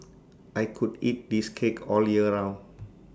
I could eat this cake all year round